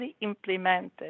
implemented